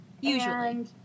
Usually